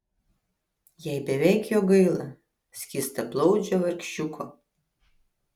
jai beveik jo gaila skystablauzdžio vargšiuko